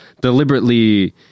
deliberately